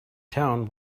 town